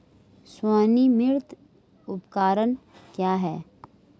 स्वनिर्मित उपकरण क्या है?